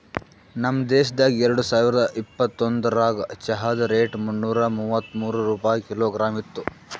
ನಮ್ ದೇಶದಾಗ್ ಎರಡು ಸಾವಿರ ಇಪ್ಪತ್ತೊಂದರಾಗ್ ಚಹಾದ್ ರೇಟ್ ಮುನ್ನೂರಾ ಮೂವತ್ಮೂರು ರೂಪಾಯಿ ಕಿಲೋಗ್ರಾಮ್ ಇತ್ತು